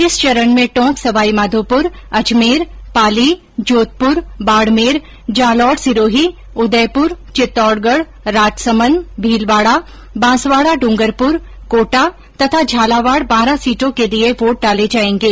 इस चरण में टोंक सवाईमाधोपुर अजमेर पाली जोधपुर बाडमेर जालोर सिरोही उदयपुर चित्तौड़गढ राजसमंद भीलवाडा बांसवाडा ड्रंगरपुर कोटा तथा झालावाड बारां सीटों के लिए वोट डाले जाएंगे